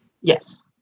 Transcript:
Yes